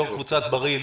יושב-ראש קבוצת בריל.